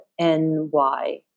NY